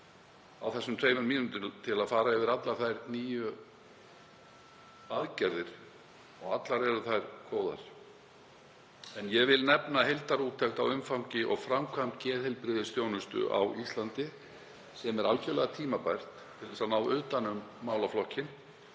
á þessum tveimur mínútum, til að fara yfir allar nýjar aðgerðir en allar eru þær góðar. Ég vil nefna heildarúttekt á umfangi og framkvæmd geðheilbrigðisþjónustu á Íslandi sem er algerlega tímabær til að ná utan um málaflokkinn